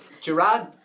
Gerard